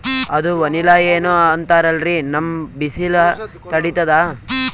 ಅದು ವನಿಲಾ ಏನೋ ಅಂತಾರಲ್ರೀ, ನಮ್ ಬಿಸಿಲ ತಡೀತದಾ?